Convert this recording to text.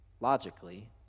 logically